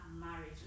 marriage